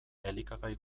elikagai